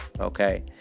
Okay